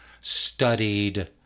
studied